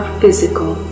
physical